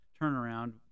turnaround